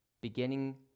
beginning